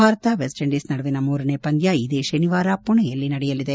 Bharat West Indies ನಡುವಿನ ಮೂರನೇ ಪಂದ್ಯ ಇದೇ ಶನಿವಾರ ಪುಣೆಯಲ್ಲಿ ನಡೆಯಲಿದೆ